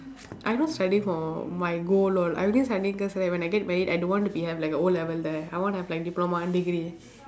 I not studying for my goal all I only studying because right when I get married I don't want to be have like a O level there I want to have like diploma and degree